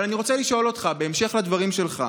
אבל אני רוצה לשאול אותך, בהמשך לדברים שלך: